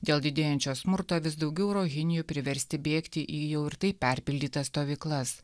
dėl didėjančio smurto vis daugiau rohinjų priversti bėgti į jau ir taip perpildytas stovyklas